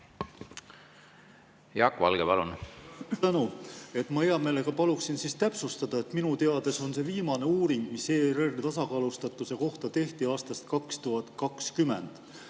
Jaak Valge, palun!